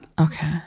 Okay